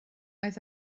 oedd